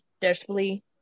desperately